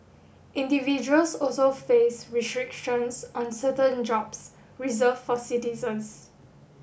individuals also face restrictions on certain jobs reserved for citizens